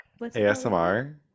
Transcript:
ASMR